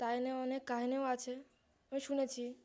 তাই নিয়ে অনেক কাহিনিও আছে আমি শুনেছি